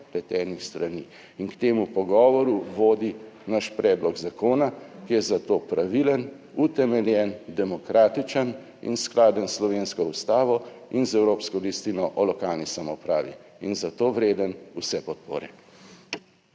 vpletenih strani in k temu pogovoru vodi naš predlog zakona, ki je za to pravilen, utemeljen, demokratičen in skladen s slovensko Ustavo in z evropsko listino o lokalni samoupravi in za to vreden vse podpore.